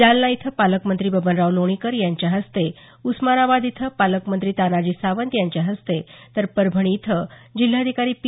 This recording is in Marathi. जालना इथं पालकमंत्री बबनराव लोणीकर यांच्या हस्ते उस्मानाबाद इथं पालकमंत्री तानाजी सावंत यांच्या हस्ते तर परभणी इथं जिल्हाधिकारी पी